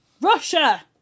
Russia